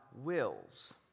wills